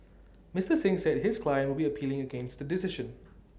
Mister Singh said his client would be appealing against the decision